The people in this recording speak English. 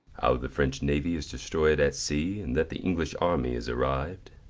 the french navy is destroyed at sea, and that the english army is arrived.